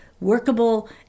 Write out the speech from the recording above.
workable